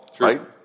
right